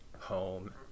home